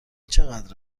چقدر